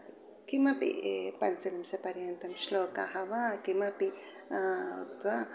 किमपि पञ्चनिमिषपर्यन्तं श्लोकाः वा किमपि अथवा